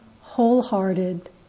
wholehearted